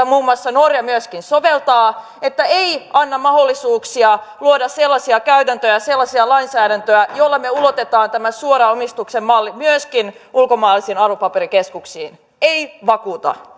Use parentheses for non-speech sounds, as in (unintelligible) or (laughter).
(unintelligible) muun muassa norja myöskin soveltaa ei anna mahdollisuuksia luoda sellaisia käytäntöjä sellaista lainsäädäntöä jolla me ulotamme tämän suoran omistuksen mallin myöskin ulkomaalaisiin arvopaperikeskuksiin ei vakuuta